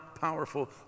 powerful